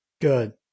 Good